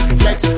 flex